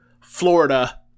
Florida